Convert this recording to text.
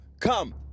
Come